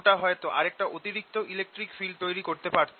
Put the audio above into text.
ওটা হয়ত আরেকটা অতিরিক্ত ইলেকট্রিক ফিল্ড তৈরি করতে পারত